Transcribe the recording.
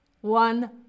one